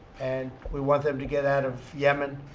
and we want them to get out of yemen.